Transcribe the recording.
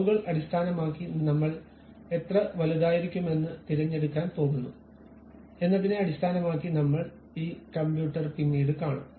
അളവുകൾ അടിസ്ഥാനമാക്കി നമ്മൾ എത്ര വലുതായിരിക്കുമെന്ന് തിരഞ്ഞെടുക്കാൻ പോകുന്നു എന്നതിനെ അടിസ്ഥാനമാക്കി നമ്മൾ ഈ കമ്പ്യൂട്ടർ പിന്നീട് കാണും